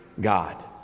God